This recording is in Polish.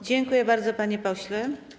Dziękuję bardzo, panie pośle.